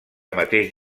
mateix